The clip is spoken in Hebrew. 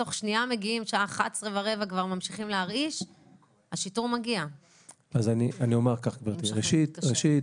תוך שנייה מגיעים אם מרעישים בשעה 23:15. ראשית,